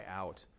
out